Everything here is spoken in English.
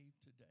today